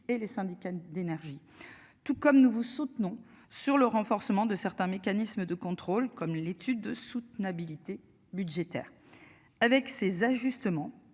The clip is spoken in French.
et les syndicats d'énergie tout comme nous vous soutenons sur le renforcement de certains mécanismes de contrôle comme l'étude de soutenabilité budgétaire avec ces ajustements.